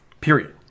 period